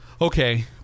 Okay